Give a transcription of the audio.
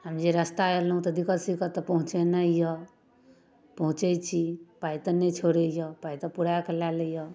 आब जे रस्ता अएलहुँ तऽ दिक्कत सिक्कत तऽ पहुँचनाए अइ पहुँचै छी पाइ तऽ नहि छोड़ैए पाइ तऽ पुराइएकऽ लऽ लैए